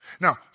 Now